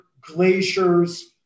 glaciers